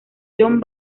john